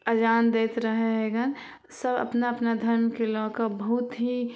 अजान दैत रहै हइ गन सभ अपना अपना धर्मकेँ लऽके बहुत ही